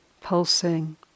pulsing